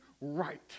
right